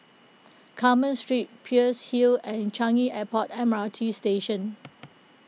Carmen Street Peirce Hill and Changi Airport M R T Station